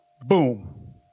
Boom